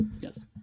Yes